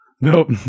nope